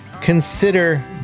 consider